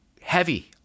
heavy